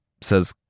says